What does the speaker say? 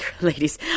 ladies